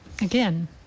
again